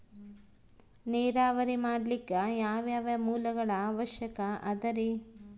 ನೇರಾವರಿ ಮಾಡಲಿಕ್ಕೆ ಯಾವ್ಯಾವ ಮೂಲಗಳ ಅವಶ್ಯಕ ಅದರಿ?